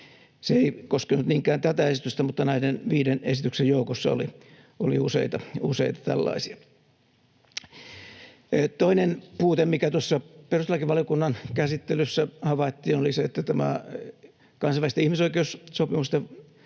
Se ei koskenut niinkään tätä esitystä, mutta näiden viiden esityksen joukossa oli useita tällaisia. Toinen puute, mikä tuossa perustuslakivaliokunnan käsittelyssä havaittiin, oli se, että tämä kansainvälisten ihmisoikeussopimusten